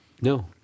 No